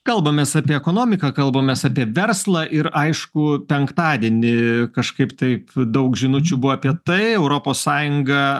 kalbamės apie ekonomiką kalbamės apie verslą ir aišku penktadienį kažkaip taip daug žinučių buvo apie tai europos sąjunga